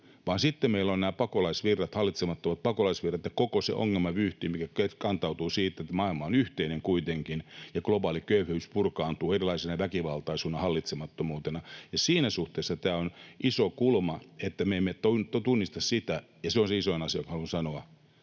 sitten meillä on hallitsemattomat pakolaisvirrat ja koko se ongelmavyyhti, mikä kantautuu siitä, että maailma on kuitenkin yhteinen ja globaali köyhyys purkaantuu erilaisena väkivaltaisena hallitsemattomuutena. Siinä suhteessa tämä on iso kulma, että me emme tunnista sitä, ja se on se isoin asia, jonka haluan sanoa: